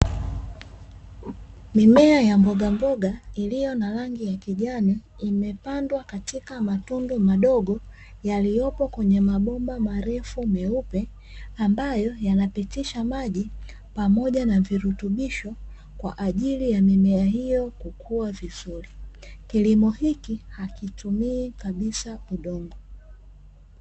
Mimea ya mbogambaga iliyo na rangi ya kijani imepandwa katika matundu madogo yaliyopo kwenye mabomba marefu meupe ambayo yanapitisha maji pamoja na virutubisho kwaajili ya mimea hiyo kukua vizuri. Kilimo hiki hakitumii kabisa udongo.